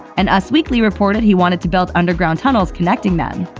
and us weekly reported he wanted to build underground tunnels connecting them.